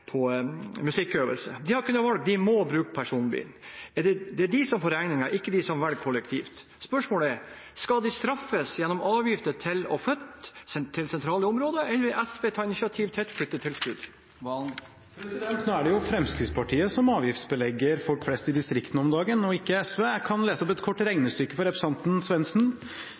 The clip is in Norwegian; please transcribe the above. på musikkøvelse. De har ikke noe valg; de må bruke personbil. Det er de som får regningen, ikke de som velger kollektivt. Spørsmålet er: Skal de straffes gjennom avgifter til å flytte til sentrale områder, eller vil SV ta initiativ til et flyttetilskudd? Nå er det jo Fremskrittspartiet som avgiftsbelegger folk flest i distriktene om dagen, og ikke SV. Jeg kan lese opp et kort